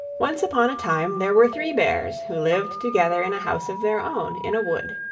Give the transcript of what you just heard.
once upon a time there were three bears, who lived together in a house of their own, in a wood.